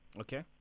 Okay